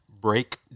break